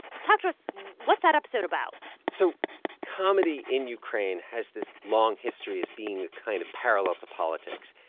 talk to us what's that episode about? so comedy in ukraine has this long history as being a kind of parallel to politics.